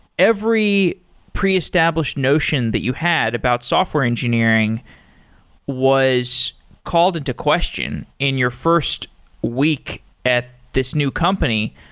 every pre-established notion that you had about software engineering was called into question in your first week at this new company,